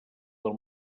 del